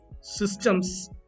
Systems